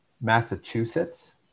Massachusetts